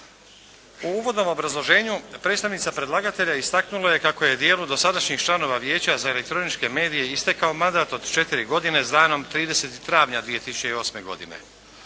U uvodnom obrazloženju predstavnica predlagatelja istaknula je kako je dijelu dosadašnjih članova Vijeća za elektroničke medije istekao mandat od četiri godine s danom 30. travnja 2008. godine.